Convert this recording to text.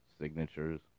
signatures